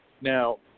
Now